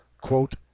quote